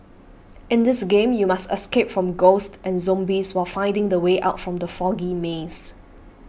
in this game you must escape from ghosts and zombies while finding the way out from the foggy maze